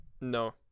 No